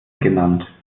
genannt